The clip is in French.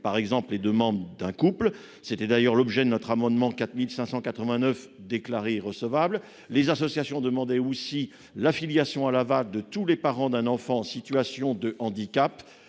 par exemple les deux membres d'un couple. C'était d'ailleurs l'objet de notre amendement n° 4589, déclaré irrecevable. Les associations demandaient aussi l'affiliation à l'AVA de tous les parents d'un enfant en situation de handicap